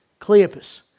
Cleopas